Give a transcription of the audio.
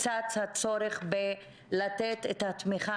צץ הצורך בנתינת תמיכה,